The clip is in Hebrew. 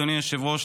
אדוני היושב-ראש,